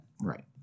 Right